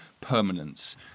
permanence